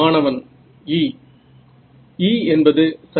மாணவன் E E என்பது சரி